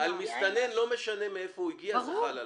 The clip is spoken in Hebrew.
כל מסתנן, לא משנה מאיפה הוא הגיע זה חל עליו.